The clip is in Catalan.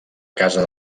casa